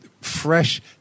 fresh